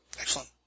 Excellent